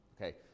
Okay